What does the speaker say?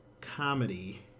comedy